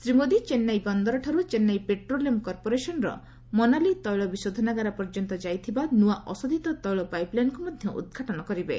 ଶ୍ରୀ ମୋଦି ଚେନ୍ନାଇ ବନ୍ଦରଠାରୁ ଚେନ୍ନାଇ ପେଟ୍ରୋଲିୟମ କର୍ପୋରେସନର ମୋନାଲି ତୈଳ ବିଶୋଧନାଗାର ପର୍ଯ୍ୟନ୍ତ ଯାଇଥିବା ନୂଆ ଅଶୋଧିତ ତୈଳ ପାଇପ ଲାଇନକୁ ମଧ୍ୟ ଉଦ୍ଘାଟନ କରିବେ